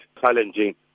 challenging